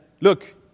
look